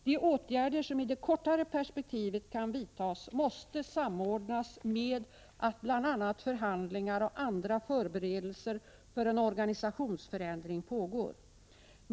De åtgärder som i det kortare perspektivet kan vidtas måste samordnas med att bl.a. förhandlingar och andra förberedelser för en organisationsförändring pågår.